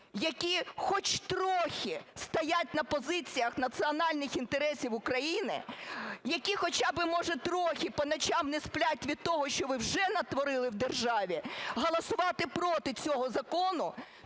які хоч трохи стоять на позиціях національних інтересів України, які хоча би, може, трохи по ночам не сплять від того, що ви вже натворили в державі, голосувати проти цього закону,